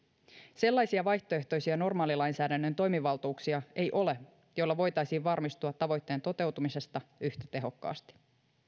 sellaisia vaihtoehtoisia normaalilainsäädännön toimivaltuuksia ei ole joilla voitaisiin varmistua tavoitteen toteutumisesta yhtä tehokkaasti